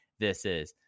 THISIS